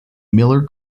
miller